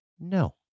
no